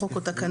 חוק או תקנה,